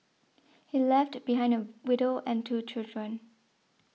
he left behind a widow and two children